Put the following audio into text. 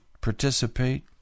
participate